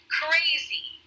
crazy